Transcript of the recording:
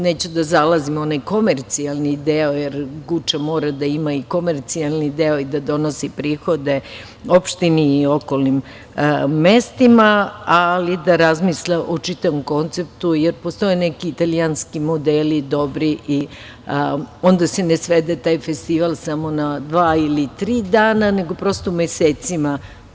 Neću da zalazim u onaj komercijalni deo, jer Guča mora da ima komercijalni deo i da donosi prihode opštini i okolnim mestima, ali da razmisle o čitavom konceptu, jer postoje neki italijanski modeli koji su dobri, da se ne svede taj festival na dva ili tri dana, nego, prosto, mesecima.